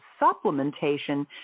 supplementation